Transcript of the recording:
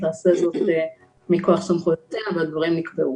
היא תעשה את זה מכוח סמכויותיה והדברים נקבעו.